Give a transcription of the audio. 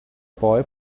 boy